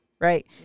Right